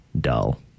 dull